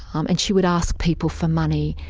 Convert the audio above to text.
um and she would ask people for money,